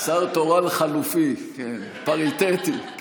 שר תורן חלופי, פריטטי.